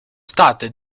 state